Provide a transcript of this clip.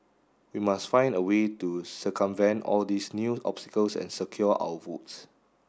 we must find a way to circumvent all these new obstacles and secure our votes